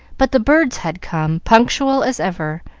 but the birds had come, punctual as ever,